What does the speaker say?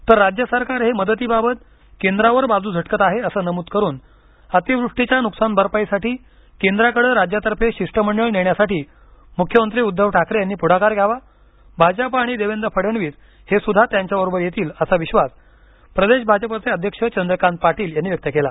तर राज्य सरकार हे मदतीबाबत केंद्रावर बाजू झटकत आहे असे नमूद करून अतिवृष्टीच्या नुकसान भरपाईसाठी केंद्राकडे राज्यातर्फे शिष्टमंडळ नेण्यासाठी मुख्यमंत्री उद्धव ठाकरे यांनी पुढाकार घ्यावा भाजप आणि देवेंद्र फडणवीस हे सुद्धा त्यांच्याबरोबर येतील असा विश्वास प्रदेश भाजपचे अध्यक्ष चंद्रकांत पाटील यांनी व्यक्त केला